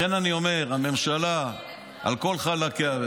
לכן אני אומר: הממשלה על כל חלקיה,